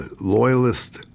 loyalist